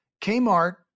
Kmart